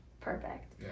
Perfect